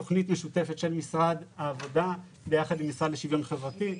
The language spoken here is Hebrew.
תכנית משותפת של משרד העבודה יחד עם המשרד לשוויון חברתי.